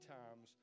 times